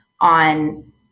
on